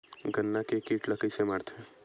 गन्ना के कीट ला कइसे मारथे?